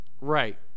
right